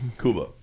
Cuba